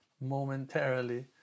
momentarily